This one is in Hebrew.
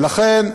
ולכן,